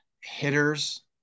hitters